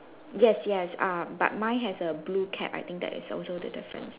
yes yes uh but mine has a blue cat I think that is also the difference